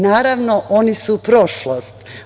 Naravno, oni su prošlost.